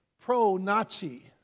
pro-Nazi